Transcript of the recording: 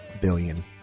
billion